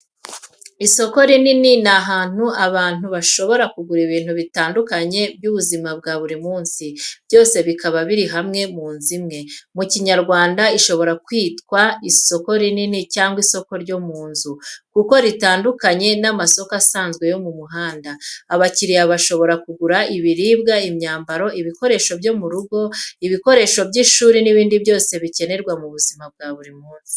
Isoko rinini ni ahantu abantu bashobora kugura ibintu bitandukanye by’ubuzima bwa buri munsi, byose bikaba biri hamwe mu nzu imwe. Mu kinyarwanda, ishobora kwitwa “Isoko rinini” cyangwa “Isoko ryo mu nzu”, kuko ritandukanye n’amasoko asanzwe yo mu muhanda. Abakiriya bashobora kugura ibiribwa, imyambaro, ibikoresho byo mu rugo, ibikoresho by’ishuri n’ibindi byose bikenerwa mu buzima bwa buri munsi.